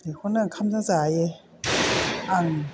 बेखौनो ओंखामजों जायो आं